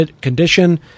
condition